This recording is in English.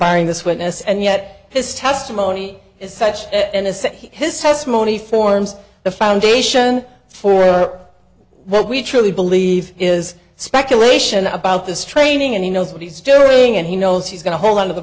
buying this witness and yet his testimony is such as say his testimony forms the foundation for or that we truly believe is speculation about this training and he knows what he's doing and he knows he's going to hold on to the